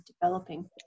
developing